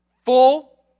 full